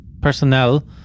personnel